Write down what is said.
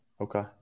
okay